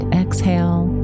exhale